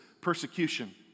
persecution